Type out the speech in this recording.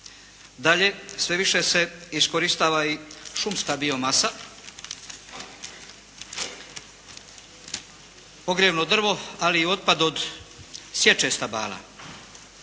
Dalje, sve više se iskorištava i šumska biomasa, ogrjevno drvo, ali i otpad od sječe stabala.